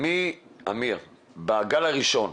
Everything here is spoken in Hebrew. אמיר, בגל הראשון,